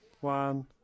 One